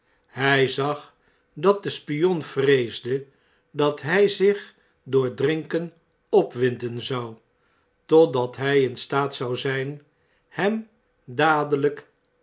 hy zag dat de spion vreesde dat h j zich door drinken opwinden zou totdat hij in staat zou zynhem dadelyk